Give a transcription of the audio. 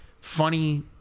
funny